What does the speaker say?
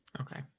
Okay